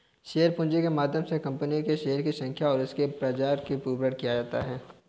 share पूंजी के माध्यम से कंपनी के शेयरों की संख्या और उसके प्रकार का निरूपण भी किया जाता है